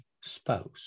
spouse